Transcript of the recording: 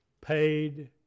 paid